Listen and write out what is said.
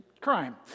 crime